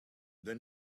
then